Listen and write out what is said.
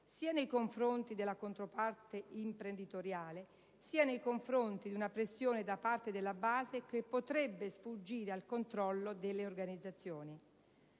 sia nei confronti della controparte imprenditoriale sia nei confronti di una pressione da parte della base che potrebbe sfuggire al controllo delle organizzazioni.